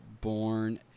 born